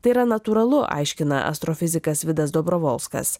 tai yra natūralu aiškina astrofizikas vidas dobrovolskas